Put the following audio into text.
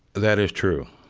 that is true.